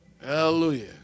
Hallelujah